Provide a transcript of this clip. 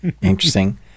interesting